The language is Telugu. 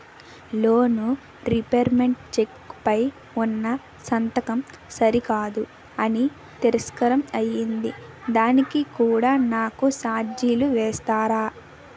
లోన్ రీపేమెంట్ చెక్ పై ఉన్నా సంతకం సరికాదు అని తిరస్కారం అయ్యింది దానికి కూడా నాకు ఛార్జీలు వేస్తారా?